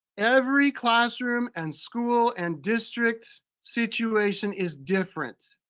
every classroom and school and district situation is different.